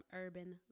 urban